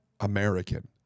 American